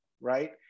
Right